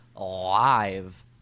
live